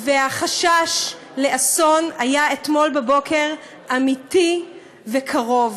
והחשש מאסון אתמול בבוקר היה אמיתי וקרוב.